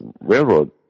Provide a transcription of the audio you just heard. railroad